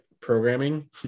programming